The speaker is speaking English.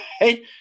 right